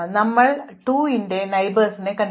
അതിനാൽ ഞങ്ങൾ 2 ന്റെ അയൽവാസികളിലേക്ക് മാറി